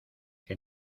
que